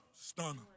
stunner